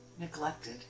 neglected